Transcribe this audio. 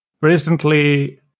recently